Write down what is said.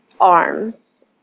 arms